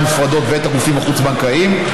המופרדות ואת הגופים החוץ-בנקאיים.